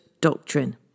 Doctrine